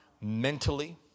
mentally